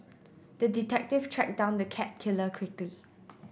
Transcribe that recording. the detective tracked down the cat killer quickly